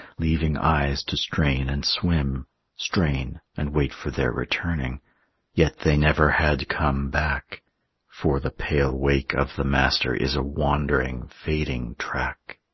leaving eyes to strain and swim strain and wait for their returning yet they never had come back for the pale wake of the master is a wandering, fading track.